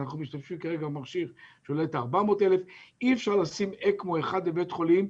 אנחנו משתמשים כרגע במכשיר שעולה 400,000. אי אפשר לשים אקמו אחד בבית חולים,